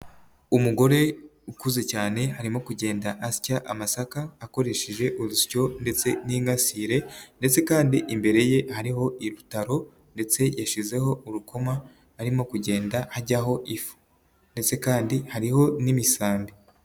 Umugore ukuze cyane arimo kugenda asya amasaka akoresheje urusyo ndetse n'ingasire ndetse kandi imbere ye hariho ibitaro ndetse yashyizeho urukoma arimo kugenda ajyaho ifu ndetse kandi hariho n'imisambi.